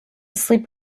sleep